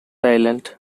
island